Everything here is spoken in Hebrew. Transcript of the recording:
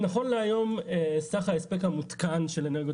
נכון להיום סך ההספק המותקן של אנרגיות